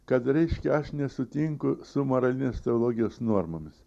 kad reiškia aš nesutinku su moralinės teologijos normomis